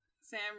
Sam